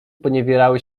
poniewierały